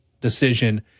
decision